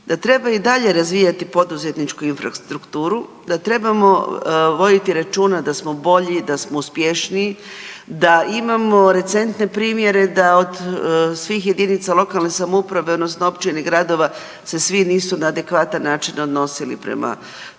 da treba i dalje razvijati poduzetničku infrastrukturu, da trebamo voditi računa da smo bolji, da smo uspješniji, da imamo recentne primjere da od svih jedinica lokalne samouprave odnosno općine, gradova se svi nisu na adekvatan način odnosili prema